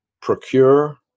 procure